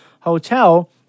hotel